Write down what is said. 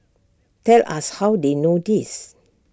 tell us how they know this